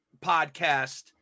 podcast